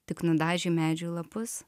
tik nudažė medžių lapus